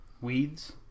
Weeds